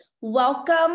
Welcome